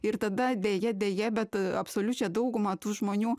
ir tada deja deja bet absoliučią daugumą tų žmonių